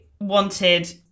wanted